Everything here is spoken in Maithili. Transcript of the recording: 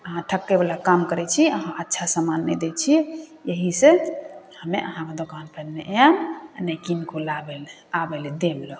अहाँ ठकैवला काम करै छी अहाँ अच्छा समान नहि दै छी एहिसे हमे अहाँके दोकानपर नहि आएब नहि किनको लाबै आबैलए देब लोकके